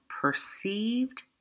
perceived